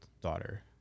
daughter